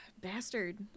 Bastard